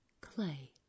Clay